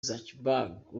zuckerberg